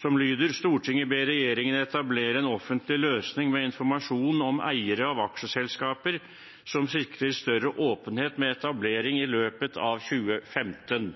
som lyder: «Stortinget ber regjeringen etablere en offentlig løsning med informasjon om eiere av aksjeselskaper som sikrer større åpenhet, med etablering i løpet av 2015.»